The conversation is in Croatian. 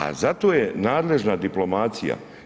A zato je nadležna diplomacija.